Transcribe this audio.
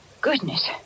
Goodness